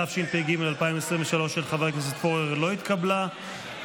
התשפ"ג 2023, לא נתקבלה.